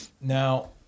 Now